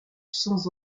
sans